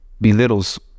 belittles